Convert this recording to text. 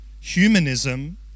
humanism